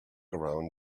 around